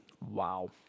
wow